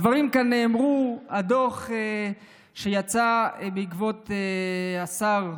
הדברים כאן נאמרו, הדוח שיצא בעקבות השר,